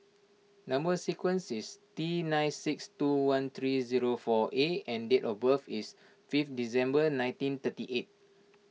Number Sequence is T nine six two one three zero four A and date of birth is fifth December nineteen thirty eight